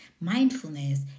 Mindfulness